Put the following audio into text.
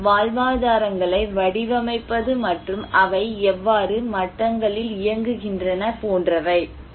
மேலும் வாழ்வாதாரங்களை வடிவமைப்பது மற்றும் அவை எவ்வாறு மட்டங்களில் இயங்குகின்றன போன்றவை